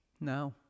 No